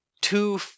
two